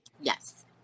Yes